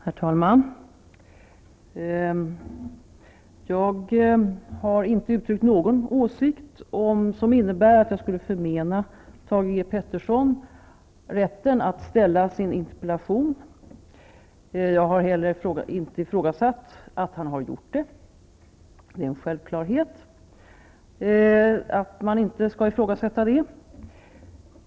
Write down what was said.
Herr talman! Jag har inte uttryckt någon åsikt som innebär att jag skulle förmena Thage G Peterson att ställa sin interpellation. Jag har inte heller ifrågasatt det faktum att han har gjort det -- det är en självklarhet.